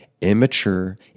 immature